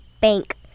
bank